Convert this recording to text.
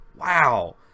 Wow